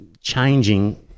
changing